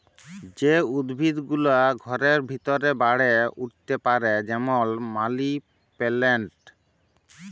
যে উদ্ভিদ গুলা ঘরের ভিতরে বাড়ে উঠ্তে পারে যেমল মালি পেলেলট